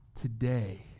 Today